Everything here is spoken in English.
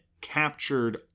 captured